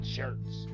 Shirts